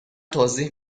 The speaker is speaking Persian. توضیح